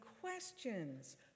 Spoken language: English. questions